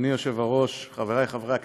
אדוני היושב-ראש, חבריי חברי הכנסת,